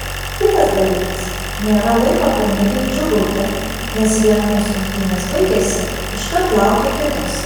kitas dalykas nėra laiko pernelyg džiūgauti nes vienos rungtynės baigėsi iškart laukia kitos